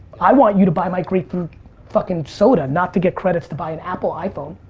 i want you to buy my grapefruit fuckin' soda not to get credits to buy an apple iphone.